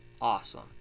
awesome